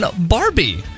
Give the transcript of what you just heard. Barbie